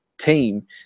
team